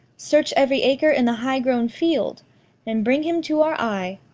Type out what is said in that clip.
search every acre in the high-grown field and bring him to our eye.